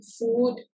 food